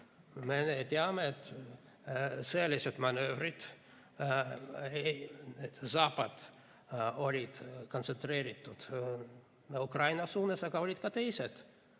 Me teame, et sõjalised manöövrid, eriti Zapad, olid kontsentreeritud Ukraina suunas. Aga olid ka teised,